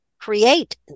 create